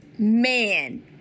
man